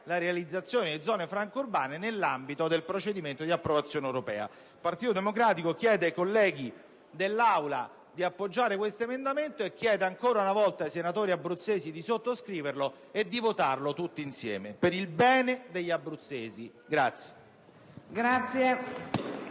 la realizzazione di zone franche urbane nell'ambito del procedimento di approvazione europea. Il Partito Democratico chiede ai colleghi dell'Assemblea di appoggiare questo emendamento e, ancora una volta, chiedo ai senatori abruzzesi di sottoscriverlo e di votarlo tutti insieme, per il bene degli abruzzesi.